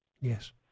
Yes